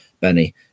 Benny